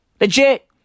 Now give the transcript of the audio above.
Legit